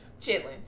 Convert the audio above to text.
chitlins